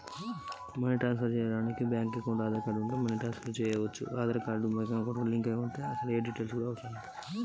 Money transfer చేయడానికి ఏమైనా documents అవసరమా?